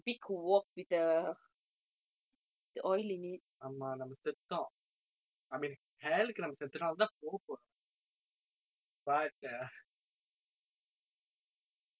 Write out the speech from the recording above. ஆமாம் நம்ம செத்தோம்:aamaam namma sethoam I mean hell க்கு நம்ம செத்துட்டோம் அது தான் போக போறோம்:kku namma setthutoam athu thaan poga poroam but err